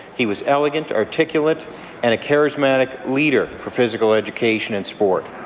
he was elegant, articulate and a charismatic leader for physical education in sport.